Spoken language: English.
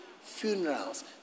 funerals